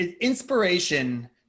inspiration